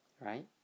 Right